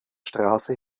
straße